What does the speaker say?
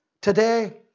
today